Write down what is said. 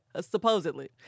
supposedly